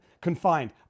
confined